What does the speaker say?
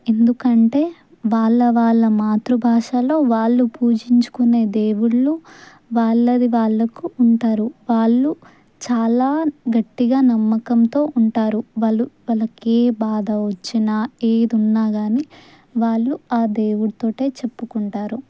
ఎందుకంటే వాళ్ళ వాళ్ళ మాతృభాషలో వాళ్ళు పూజించుకునే దేవుళ్ళు వాళ్ళది వాళ్ళలకు ఉంటారు వాళ్ళు చాలా గట్టి నమ్మకంతో ఉంటారు వాళ్ళు వాళ్ళకి ఏ బాధ వచ్చినా ఏది ఉన్నా కానీ వాళ్ళు ఆ దేవుడితోనే చెప్పుకుంటారు